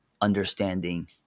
understanding